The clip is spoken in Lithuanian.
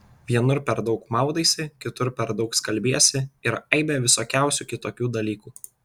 vienur per daug maudaisi kitur per daug skalbiesi ir aibę visokiausių kitokių dalykų